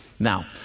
Now